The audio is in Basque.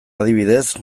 adibidez